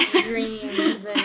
dreams